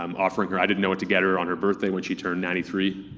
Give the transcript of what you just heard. um offering her, i didn't know what to get her on her birthday when she turned ninety three.